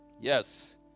Yes